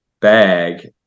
bag